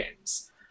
games